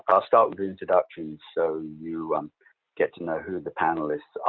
i'll start with introductions so you um get to know who the panelists